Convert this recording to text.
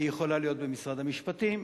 היא יכולה להיות במשרד המשפטים.